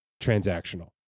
transactional